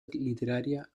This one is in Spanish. literaria